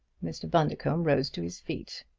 mr. bundercombe rose to his feet.